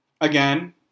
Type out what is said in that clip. Again